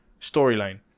storyline